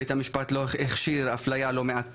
בית המשפט הכשיר אפליה לא מעט פעמים,